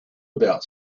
about